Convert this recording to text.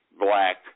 black